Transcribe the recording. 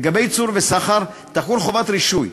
לגבי ייצור וסחר, תחול חובת רישוי.